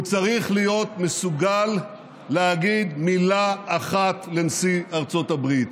הוא צריך להיות מסוגל להגיד מילה אחת לנשיא ארצות הברית,